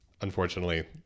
unfortunately